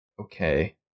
okay